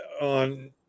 on –